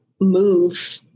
move